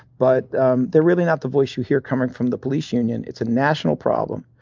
but um they're really not the voice you hear coming from the police union. it's a national problem.